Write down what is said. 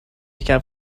یکم